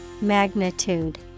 magnitude